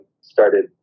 started